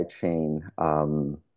chain